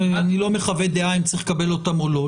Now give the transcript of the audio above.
אני לא מחווה דעה אם צריך לקבל אותן או לא,